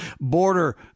Border